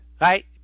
Right